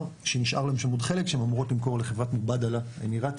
שנשאר להם שם עוד חלק שהיא אמורה למכור לחברת מובדלה האמיראתית,